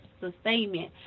sustainment